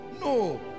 no